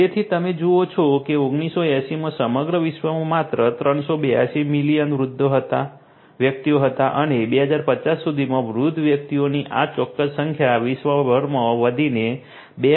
તેથી તમે જુઓ છો કે 1980 માં સમગ્ર વિશ્વમાં માત્ર 382 મિલિયન વૃદ્ધ વ્યક્તિઓ હતા અને 2050 સુધીમાં વૃદ્ધ વ્યક્તિઓની આ ચોક્કસ સંખ્યા વિશ્વભરમાં વધીને 2